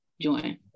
join